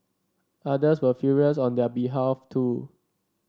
others were furious on their behalf too